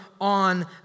on